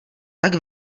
tak